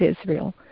Israel